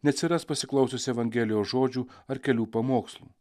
neatsiras pasiklausius evangelijos žodžių ar kelių pamokslų